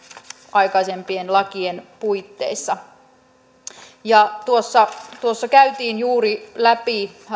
aikaisempien lakien puitteissa tuossa tuossa käytiin juuri läpi